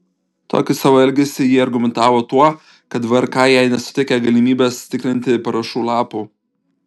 tokį savo elgesį ji argumentavo tuo kad vrk jai nesuteikė galimybės tikrinti parašų lapų